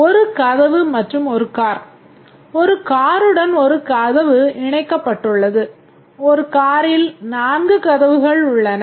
ஒரு கதவு மற்றும் ஒரு கார் ஒரு காருடன் ஒரு கதவு இணைக்கப்பட்டுள்ளது ஒரு காரில் 4 கதவுகள் உள்ளன